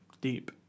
Deep